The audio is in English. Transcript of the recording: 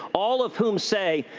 all of whom say,